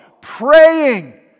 praying